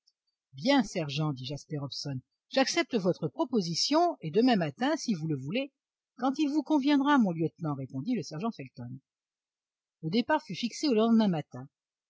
bien sergent dit jasper hobson j'accepte votre proposition et demain matin si vous le voulez quand il vous conviendra mon lieutenant répondit le sergent felton le départ fut fixé au lendemain matin